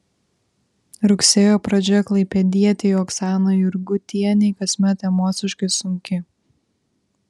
rugsėjo pradžia klaipėdietei oksanai jurgutienei kasmet emociškai sunki